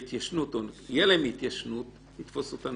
ההתיישנות או תהיה להם התיישנות נתפוס אותם.